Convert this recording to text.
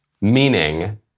Meaning